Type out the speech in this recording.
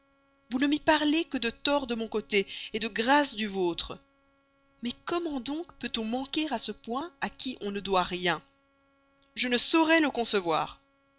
vous ne m'y parlez que de torts de mon côté de grâce de la vôtre mais comment donc peut-on manquer à celui à qui on ne doit rien je ne saurais le concevoir